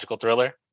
thriller